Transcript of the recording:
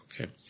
Okay